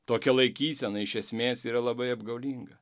tokia laikysena iš esmės yra labai apgaulinga